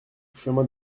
chemin